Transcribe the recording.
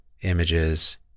images